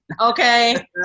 okay